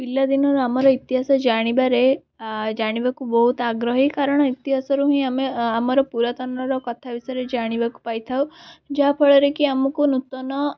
ପିଲାଦିନରୁ ଆମର ଇତିହାସ ଜାଣିବାରେ ଆ ଜାଣିବାକୁ ବହୁତ ଆଗ୍ରହୀ କାରଣ ଇତିହାସରୁ ହିଁ ଆମେ ଆମର ପୁରାତନର କଥା ବିଷୟରେ ଜାଣିବାକୁ ପାଇଥାଉ ଯାହାଫଳରେ କି ଆମୁକୁ ନୂତନ